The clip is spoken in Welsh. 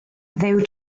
dduw